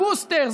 בוסטר,